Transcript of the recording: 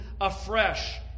afresh